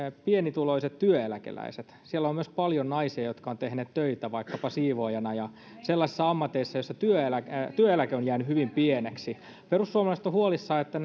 pienituloiset työeläkeläiset siellä on myös paljon naisia jotka ovat tehneet töitä vaikkapa siivoojana ja sellaisissa ammateissa joissa työeläke työeläke on jäänyt hyvin pieneksi perussuomalaiset ovat huolissaan että